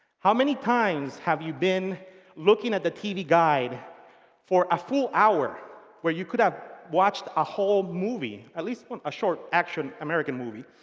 how many times have you been looking at the tv guide for a full hour where you could have watched a whole movie, at least a short action american movie.